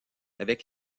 avec